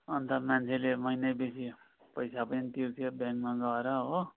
अन्त मान्छेले महिनै पछि पैसा पनि तिर्थ्यो ब्याङ्कमा गएर हो